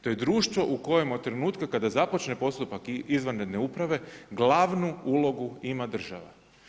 To je društvo u kojem od trenutka kada započne postupak izvanredne uprave, glavnu ulogu ima država.